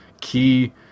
key